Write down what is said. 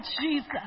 Jesus